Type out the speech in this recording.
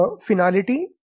finality